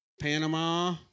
Panama